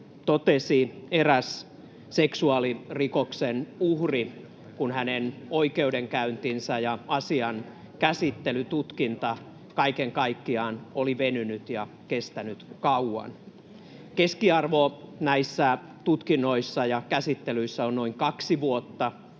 totesi eräs seksuaalirikoksen uhri, kun hänen oikeudenkäyntinsä ja asian käsittely, tutkinta, kaiken kaikkiaan oli venynyt ja kestänyt kauan. Keskiarvo näissä tutkinnoissa ja käsittelyissä on noin kaksi vuotta,